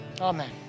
Amen